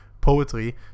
poetry